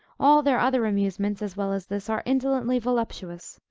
all their other amusements, as well as this, are indolently voluptuous.